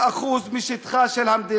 זהו.